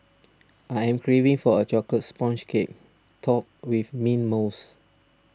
I am craving for a Chocolate Sponge Cake Topped with Mint Mousse